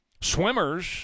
Swimmers